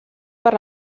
per